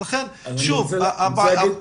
לכן שוב --- ח"כ ג'בארין,